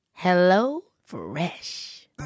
HelloFresh